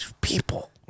people